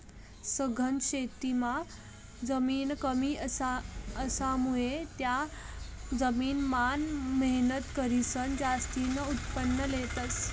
सघन शेतीमां जमीन कमी असामुये त्या जमीन मान मेहनत करीसन जास्तीन उत्पन्न लेतस